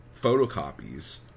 photocopies